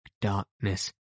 darkness